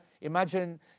imagine